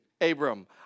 Abram